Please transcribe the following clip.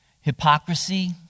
Hypocrisy